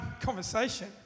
conversation